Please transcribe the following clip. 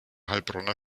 heilbronner